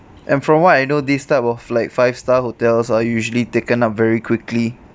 and from what I know these type of like five star hotels are usually taken up very quickly